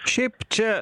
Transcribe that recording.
šiaip čia